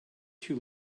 too